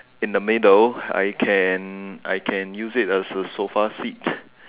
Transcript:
in the middle I can I can use it as a sofa seat